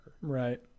Right